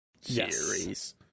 series